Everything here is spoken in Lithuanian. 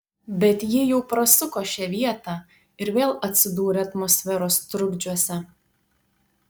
bet ji jau prasuko šią vietą ir vėl atsidūrė atmosferos trukdžiuose